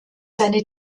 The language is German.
seine